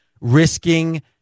risking